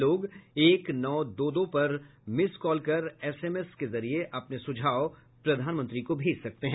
लोग एक नौ दो दो पर मिस कॉल कर एसएमएस के जरिए अपने सुझाव प्रधानमंत्री को भेज सकते हैं